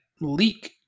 leak